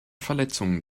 verletzungen